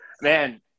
man